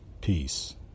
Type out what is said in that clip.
Peace